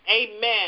Amen